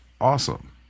awesome